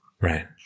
Right